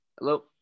Hello